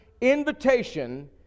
invitation